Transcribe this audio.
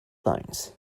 points